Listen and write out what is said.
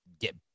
get